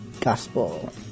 Gospel